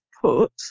put